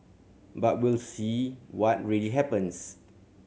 but we'll see what really happens